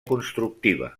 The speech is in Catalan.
constructiva